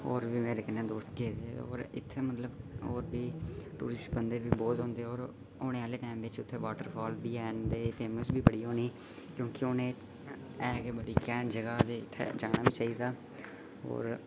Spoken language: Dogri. होर बी मेरे कन्नै दोस्त गेदे हे होर इत्थै मतलब होर बी टूरिस्ट औं'दे होर औने आह्ले टैम बिच्च इत्थै बाटर फॉल बी ऐ फेम्स बड़ी होनी ऐ क्योंकि हून ऐ एह् गै बड़ी घैंट जगह् ते इत्थै जाना बी चाहिदा होर